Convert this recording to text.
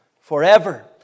forever